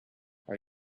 are